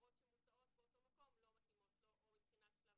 המסגרות שמוצעות באותו מקום לא מתאימות לו או מבחינת שלב